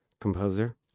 composer